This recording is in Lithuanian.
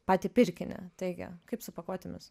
patį pirkinį taigi kaip su pakuotėmis